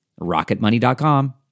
rocketmoney.com